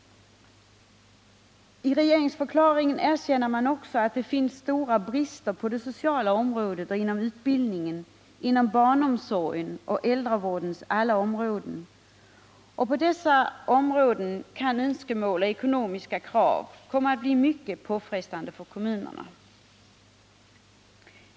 I regeringsförklaringen erkänns det att det finns stora brister på det sociala området och inom utbildningen, inom barnomsorgen och på äldrevårdens alla områden. På dessa områden kan önskemål och ekonomiska krav komma att bli mycket påfrestande för kommunerna.